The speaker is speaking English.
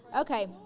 Okay